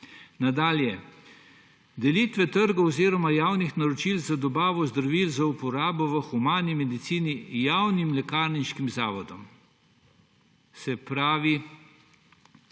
Nadalje. Delitve trgov oziroma javnih naročil za dobavo zdravil za uporabo v humani medicini javnim lekarniškim zavodom. Se pravi,